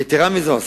יתירה מזו,